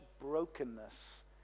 brokenness